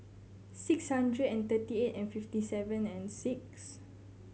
six hundred and thirty eight and fifty seven and six